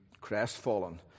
crestfallen